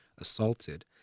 assaulted